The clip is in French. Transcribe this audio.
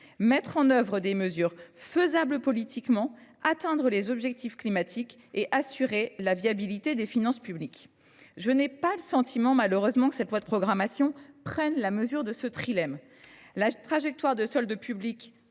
mettre en œuvre des mesures faisables politiquement, atteindre les objectifs climatiques que nous nous sommes fixés et assurer la viabilité des finances publiques. Je n’ai pas le sentiment, malheureusement, que ce projet de loi de programmation prenne la mesure de ce trilemme. Selon la trajectoire de solde